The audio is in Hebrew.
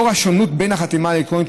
לאור השונות בין החתימה האלקטרונית